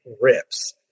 rips